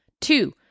Two